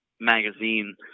magazine